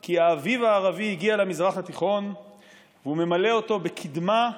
כי האביב הערבי הגיע למזרח התיכון והוא ממלא אותו בקדמה,